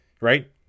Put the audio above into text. right